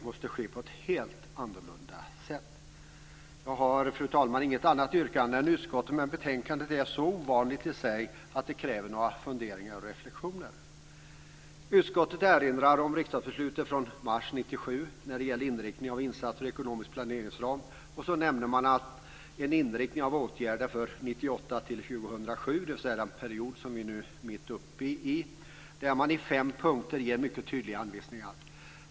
Jag har, fru talman, inget annat yrkande än utskottet. Men betänkandet är så ovanligt i sig att det kräver några funderingar och reflexioner. 1997 när det gällde inriktning av insatser och ekonomiska planeringsramar. Man nämner inriktningen av åtgärderna för 1998-2007, dvs. den period vi nu är mitt uppe i, och ger i fem punkter mycket tydliga anvisningar.